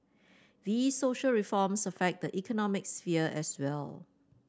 these social reforms affect the economic sphere as well